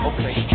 Okay